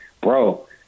bro